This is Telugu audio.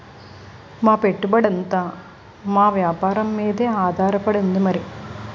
మా పెట్టుబడంతా మా వేపారం మీదే ఆధారపడి ఉంది మరి